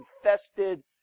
infested